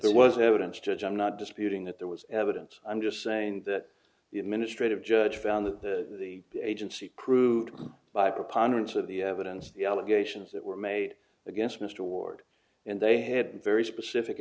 there was evidence judge i'm not disputing that there was evidence i'm just saying that the administrative judge found that the the agency proved by a preponderance of the evidence the allegations that were made against mr ward and they had very specific